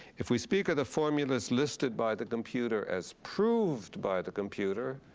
if we speak of the formulas listed by the computer as proved by the computer,